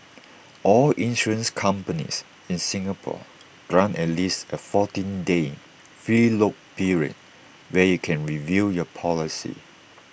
all insurance companies in Singapore grant at least A fourteen day free look period where you can review your policy